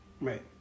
right